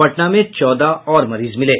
पटना में चौदह और मरीज मिले